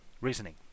reasoning